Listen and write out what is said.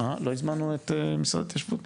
לא הזמנו את משרד ההתיישבות?